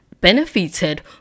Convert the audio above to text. benefited